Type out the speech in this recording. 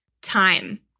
Time